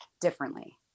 differently